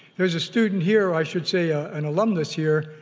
there's a student here, i should say ah an alumnus here,